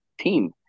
team